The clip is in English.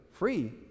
Free